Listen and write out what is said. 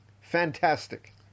Fantastic